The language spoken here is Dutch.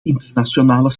internationale